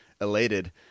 elated